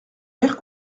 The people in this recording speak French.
vert